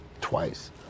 twice